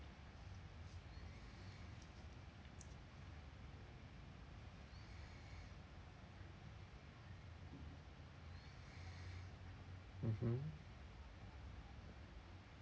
mmhmm